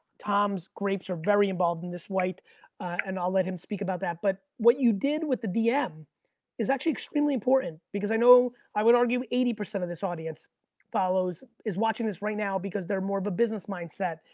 tom's grapes are very involved in this white and i'll let him speak about that, but what you did with the dm is actually extremely important because i know i would argue eighty percent of this audience follows is watching this right now because they're more of a business mindset,